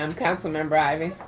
um council member ivey.